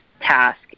task